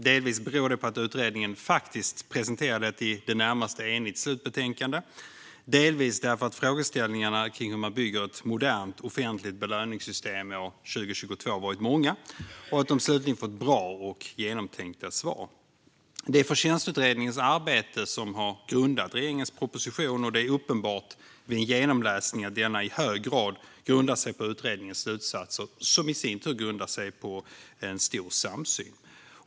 Det beror dels på att utredningen faktiskt presenterade ett i det närmaste enigt slutbetänkande, dels på att frågeställningarna kring hur man bygger ett modernt offentligt belöningssystem 2022 varit många och slutligen fått bra och genomtänkta svar. Det är Förtjänstutredningens arbete som har legat till grund för regeringens proposition, och det är vid en genomläsning uppenbart att denna i hög grad grundar sig på utredningens slutsatser, som i sin tur präglats av en stor samsyn.